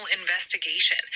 investigation